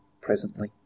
presently